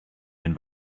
den